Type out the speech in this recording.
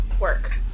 work